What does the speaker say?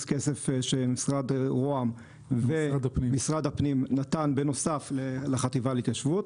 כסף שמשרד רוה"מ ומשרד הפנים נתנו בנוסף לחטיבה להתיישבות.